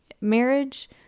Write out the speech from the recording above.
marriage